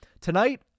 Tonight